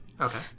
Okay